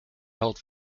held